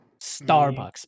Starbucks